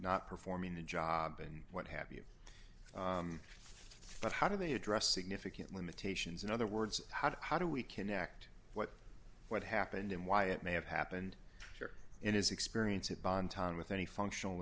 not performing the job and what have you but how do they address significant limitations in other words how to how do we connect what what happened and why it may have happened and his experience at bon ton with any functional